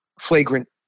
flagrant